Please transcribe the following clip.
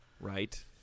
Right